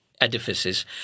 Edifices